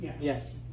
yes